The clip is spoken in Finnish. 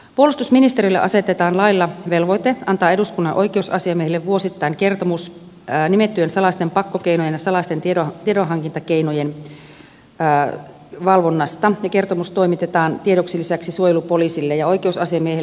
puolustusministeriölle asetetaan lailla velvoite antaa eduskunnan oikeusasiamiehelle vuosittain kertomus nimettyjen salaisten pakkokeinojen ja salaisten tiedonhankintakeinojen valvonnasta ja kertomus toimitetaan lisäksi tiedoksi suojelupoliisille ja oikeusasiamiehelle